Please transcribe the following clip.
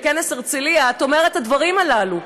בכנס הרצליה את אומרת את הדברים הללו,